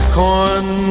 corn